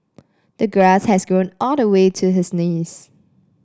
the grass has grown all the way to his knees